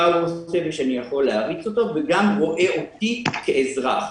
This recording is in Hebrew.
הוא עושה ושאני יכול להעריץ אותו וגם רואה אותי כאזרח.